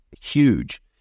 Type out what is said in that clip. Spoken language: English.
huge